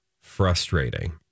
frustrating